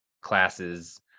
classes